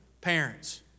parents